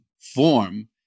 form